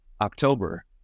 October